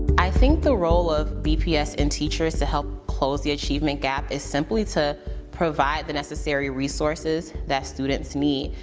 i think the role of bps and teachers to help close the achievement gap is simply to provide the necessary resources that students need.